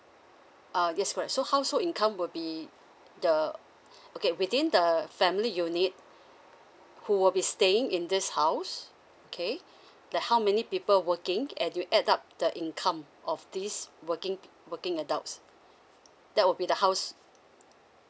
uh yes correct so household income will be the okay within the family unit who will be staying in this house okay like how many people working and you add up the income of this working working adults that will be the house